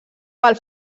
pel